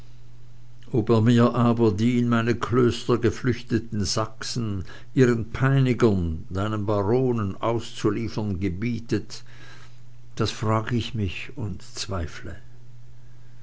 er mir aber die in meine klöster geflüchteten sachsen ihren peinigern deinen baronen auszuliefern gebietet das frag ich mich und zweifle